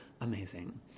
amazing